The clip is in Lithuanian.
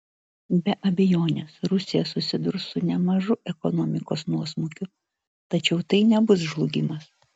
be abejonės rusija susidurs su nemažu ekonomikos nuosmukiu tačiau tai nebus žlugimas